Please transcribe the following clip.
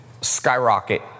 skyrocket